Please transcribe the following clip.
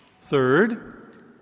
Third